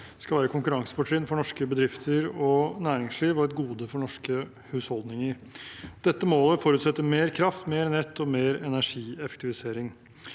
skal være et konkurransefortrinn for norske bedrifter og norsk næringsliv og et gode for norske husholdninger. Dette målet forutsetter mer kraft, mer nett og mer energieffektivisering.